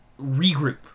regroup